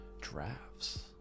drafts